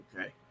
Okay